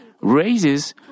raises